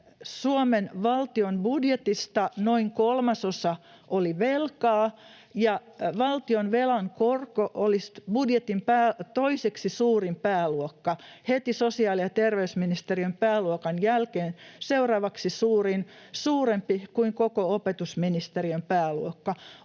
Suomen valtion budjetista noin kolmasosa oli velkaa, ja valtionvelan korko oli budjetin toiseksi suurin pääluokka heti sosiaali- ja terveysministeriön pääluokan jälkeen — seuraavaksi suurin, suurempi kuin koko opetusministeriön pääluokka.